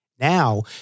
Now